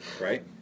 right